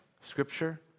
scripture